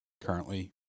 currently